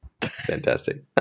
Fantastic